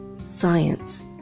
science